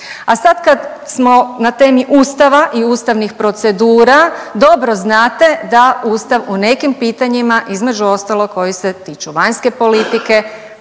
A sad kad smo na temi ustava i ustavnih procedura dobro znate da ustav u nekim pitanjima između ostalog koji se tiču vanjske politike,